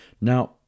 Now